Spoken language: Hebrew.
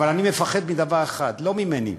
אבל אני מפחד מדבר אחד: לא ממני,